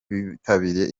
bitabiriye